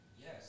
Yes